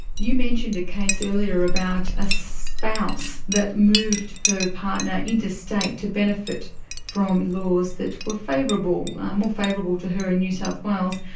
you mentioned a case earlier about a spouse that moved her partner interstate to benefit from laws that were more favourable to her in new south wales.